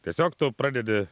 tiesiog tu pradedi